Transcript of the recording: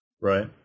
Right